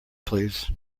please